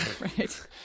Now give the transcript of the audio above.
Right